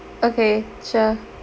okay sure